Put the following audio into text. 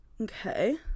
Okay